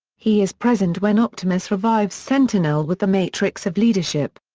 he is present when optimus revives sentinel with the matrix of leadership.